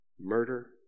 murder